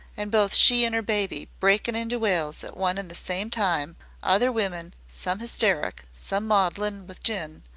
and both she and her baby breaking into wails at one and the same time, other women, some hysteric, some maudlin with gin,